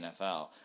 NFL